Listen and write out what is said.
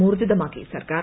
ഊർജ്ജിതമാക്കി സർക്കാർ